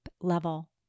level